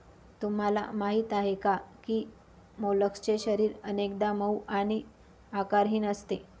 तुम्हाला माहीत आहे का की मोलस्कचे शरीर अनेकदा मऊ आणि आकारहीन असते